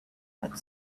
had